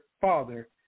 father